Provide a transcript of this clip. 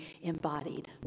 embodied